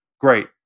Great